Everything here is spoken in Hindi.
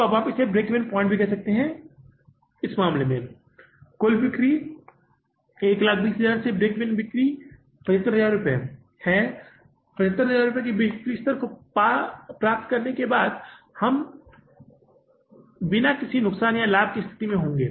तो आप इसे ब्रेक इवन बिक्री भी कह सकते हैं इस मामले में कुल बिक्री से 120000 से ब्रेक ईवन बिक्री 75000 रुपये हैं 75000 रुपये के बिक्री स्तर को प्राप्त करने के बाद हम बिना किसी नुकसान या लाभ की स्थिति में होंगे